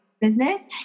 business